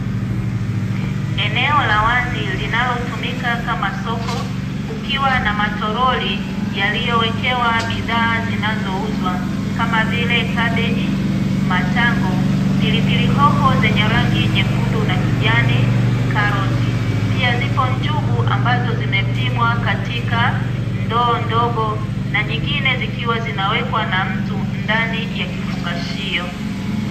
Eneo la wazi linalotumika kama soko, kukiwa na matoroli yaliyowekewa bidhaa zinazouzwa kama vile: kabeji, matango, pilipili hoho zenye rangi nyekundu na kijani, karoti, pia zipo njugu ambazo zimepimwa katika ndoo ndogo na nyigine zikiwa zinawekwa na mtu ndani ya kifungashio.